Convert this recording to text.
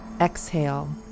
Exhale